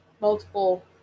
multiple